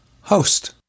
host